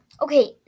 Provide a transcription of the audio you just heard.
Okay